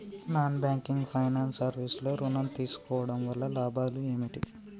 Non banking finance service లో ఋణం తీసుకోవడం వల్ల లాభాలు ఏమిటి?